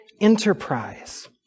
enterprise